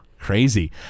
crazy